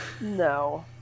no